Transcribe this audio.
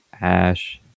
Ash